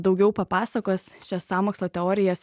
daugiau papasakos šias sąmokslo teorijas